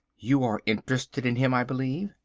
you are interested in him, i believe.